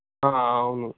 అవును